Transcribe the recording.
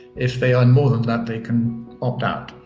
if they own more than that, they can opt out.